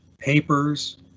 papers